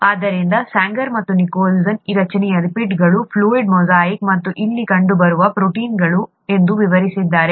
ಆದ್ದರಿಂದ ಸ್ಯಾಂಗರ್ ಮತ್ತು ನಿಕೋಲ್ಸನ್ ಈ ರಚನೆಯನ್ನು ಲಿಪಿಡ್ಗಳ ಫ್ಲೂಯಿಡ್ ಮೊಸಾಯಿಕ್ ಮತ್ತು ಇಲ್ಲಿ ಕಂಡುಬರುವ ಪ್ರೋಟೀನ್ಗಳು ಎಂದು ವಿವರಿಸಿದ್ದಾರೆ